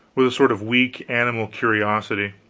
with a sort of weak animal curiosity